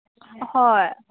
ꯍꯣꯏ